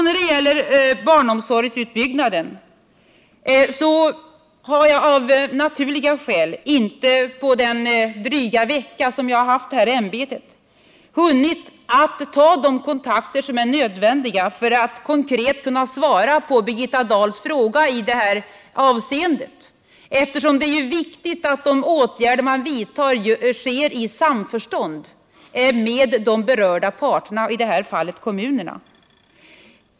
När det gäller barnomsorgsutbyggnaden så har jag av naturliga skäl på den dryga vecka som jag innehaft mitt ämbete inte hunnit ta de kontakter som är nödvändiga för att konkret kunna svara på Birgitta Dahls fråga i det här avseendet. Det är ju viktigt att de åtgärder man vidtar sker i samförstånd med de berörda parterna, i det här fallet kommunerna.